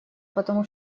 потому